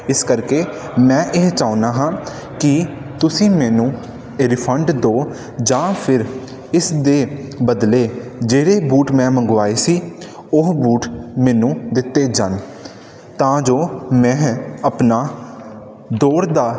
ਇਸ ਕਰਕੇ ਮੈਂ ਇਹ ਚਾਹੁੰਦਾ ਹਾਂ ਕਿ ਤੁਸੀਂ ਮੈਨੂੰ ਰਿਫੰਡ ਦਿਓ ਜਾਂ ਫਿਰ ਇਸ ਦੇ ਬਦਲੇ ਜਿਹੜੇ ਬੂਟ ਮੈਂ ਮੰਗਵਾਏ ਸੀ ਉਹ ਬੂਟ ਮੈਨੂੰ ਦਿੱਤੇ ਜਾਣ ਤਾਂ ਜੋ ਮੈਂ ਆਪਣਾ ਦੌੜ ਦਾ